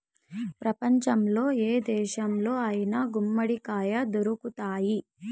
ప్రపంచంలో ఏ దేశంలో అయినా గుమ్మడికాయ దొరుకుతాయి